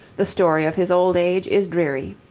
the story of his old age is dreary.